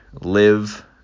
live